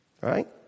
Right